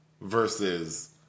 versus